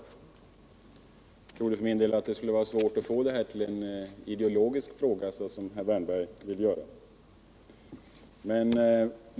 Jag trodde för min del att det skulle vara svårt att göra det här ärendet till en ideologisk fråga, men det vill ju herr Wärnberg.